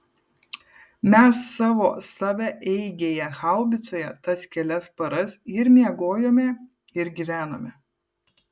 mes savo savaeigėje haubicoje tas kelias paras ir miegojome ir gyvenome